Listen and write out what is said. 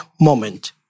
moment